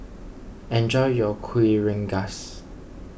enjoy your Kuih Rengas